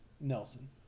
Nelson